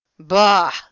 Bah